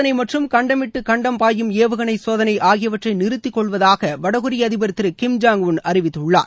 அனுஆயுத சோதனை மற்றம் கண்டம் விட்டு கண்டம் பாயும் ஏவுகணை சோதனை ஆகியவற்றை நிறுத்திக்கொள்வதாக வடகொரிய அதிபர் திரு கிம் ஜாங் உள் அறிவித்துள்ளார்